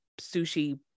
sushi